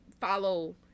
follow